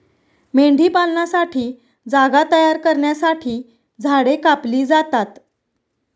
मेंढीपालनासाठी जागा तयार करण्यासाठी झाडे कापली जातात